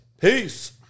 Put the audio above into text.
peace